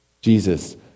Jesus